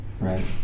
Right